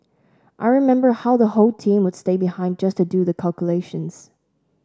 I remember how the whole team would stay behind just to do the calculations